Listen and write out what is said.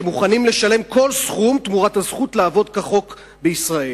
שמוכנים לשלם כל סכום תמורת הזכות לעבוד כחוק בישראל.